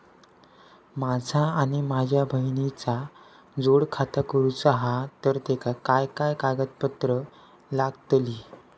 माझा आणि माझ्या बहिणीचा जोड खाता करूचा हा तर तेका काय काय कागदपत्र लागतली?